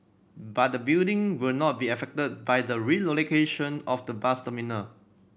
but the building will not be affected by the relocation of the bus terminal